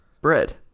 bread